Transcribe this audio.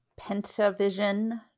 PentaVision